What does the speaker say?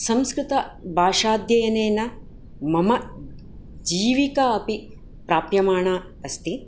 संस्कृतभाषाध्ययनेन मम जीविका अपि प्राप्यमाणा अस्ति